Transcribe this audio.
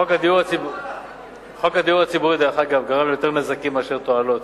חוק הדיור הציבורי גרם ליותר נזקים מאשר תועלות.